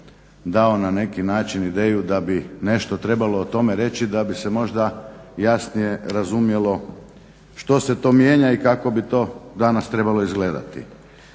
dao na neki način ideju da bi nešto trebalo o tome reći da bi se možda jasnije razumjelo što se to mijenja i kako bi to danas trebalo izgledati.